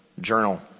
journal